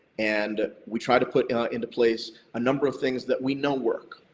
and we tried to put into place a number of things that we know work.